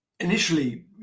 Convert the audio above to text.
Initially